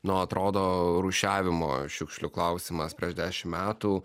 nu atrodo rūšiavimo šiukšlių klausimas prieš dešim metų